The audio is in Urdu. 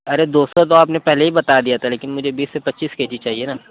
ارے دو سو تو آپ نے پہلے ہی بتا دیا تھا لیکن مجھے بیس سے پچیس کے جی چاہیے نا